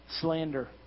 Slander